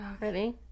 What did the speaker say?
Ready